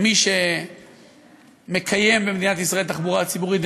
מי שמקיים במדינת ישראל תחבורה ציבורית,